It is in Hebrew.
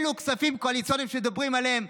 אלה כספים קואליציוניים שמדברים עליהם,